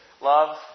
love